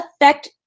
affect